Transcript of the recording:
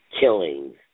killings